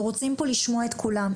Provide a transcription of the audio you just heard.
אנחנו רוצים פה לשמוע את כולם.